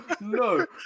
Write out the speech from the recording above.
no